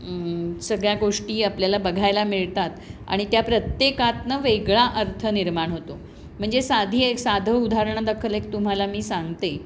सगळ्या गोष्टी आपल्याला बघायला मिळतात आणि त्या प्रत्येकातनं वेगळा अर्थ निर्माण होतो म्हणजे साधी एक साधं उदाहरणा दाखल एक तुम्हाला मी सांगते